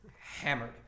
hammered